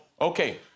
okay